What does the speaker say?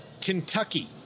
Kentucky